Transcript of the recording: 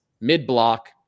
mid-block